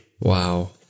Wow